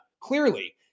Clearly